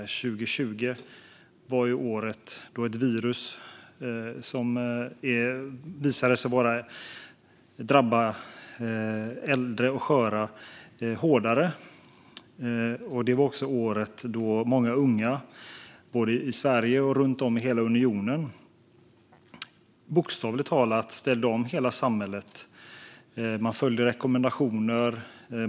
År 2020 var ju året då vi fick ett virus som visade sig drabba äldre och sköra hårdare. Det var också året då många unga, både i Sverige och runt om i hela unionen, bokstavligt talat ställde om hela samhället. Man följde rekommendationer.